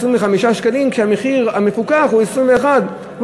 שקלים כשהמחיר המפוקח הוא 21 שקלים?